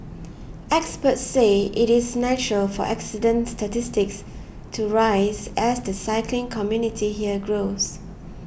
experts say it is natural for accident statistics to rise as the cycling community here grows